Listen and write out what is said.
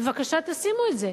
בבקשה תשימו את זה,